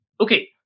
Okay